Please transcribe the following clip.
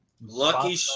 Lucky